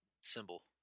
symbol